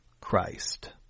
Christ